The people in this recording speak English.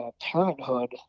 Parenthood